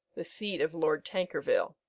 the seat of lord tankerville.